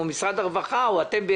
או משרד הרווחה או אתם,